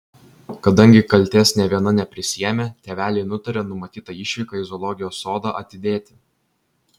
kadangi kaltės nė viena neprisiėmė tėveliai nutarė numatytą išvyką į zoologijos sodą atidėti